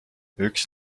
üks